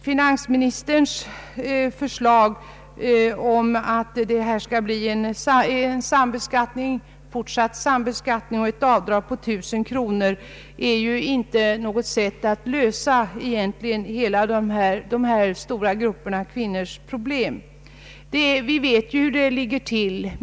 Finansministerns förslag om en fortsatt sambeskattning i detta fall och ett avdrag på 1 000 kronor är ju egentligen inte något sätt att lösa dessa stora kvinnogruppers problem. Vi vet ju hur det ligger till.